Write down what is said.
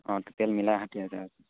অঁ টোটেল মিলাই ষাঠি হেজাৰ